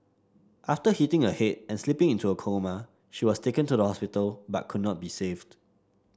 after hitting her head and slipping into a coma she was taken to the hospital but could not be saved